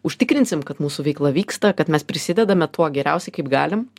užtikrinsim kad mūsų veikla vyksta kad mes prisidedame tuo geriausiai kaip galim